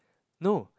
no